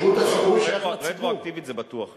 רשות השידור, רטרואקטיבית, זה בטוח לא.